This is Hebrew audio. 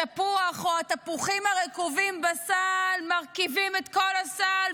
התפוחים הרקובים בסל מרקיבים את כל הסל,